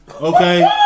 Okay